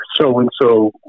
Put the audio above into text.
so-and-so